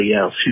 else